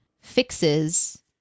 fixes